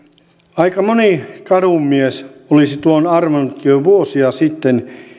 aika moni kadunmies olisi tuon arvannut jo jo vuosia sitten